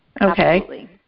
Okay